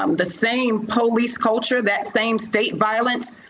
um the same police culture, that same state violence,